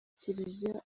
kiliziya